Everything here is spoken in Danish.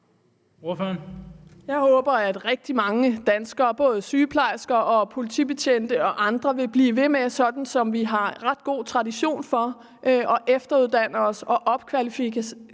Jeg håber, at rigtig mange danskere – både sygeplejersker og politibetjente og andre – vil blive ved med, som vi har en god tradition for, at efteruddanne sig og opkvalificere sig